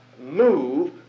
move